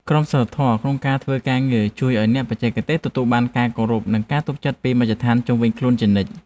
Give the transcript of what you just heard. ក្រមសីលធម៌ក្នុងការធ្វើការងារជួយឱ្យអ្នកបច្ចេកទេសទទួលបានការគោរព និងការទុកចិត្តពីមជ្ឈដ្ឋានជុំវិញខ្លួនជានិច្ច។